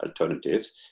alternatives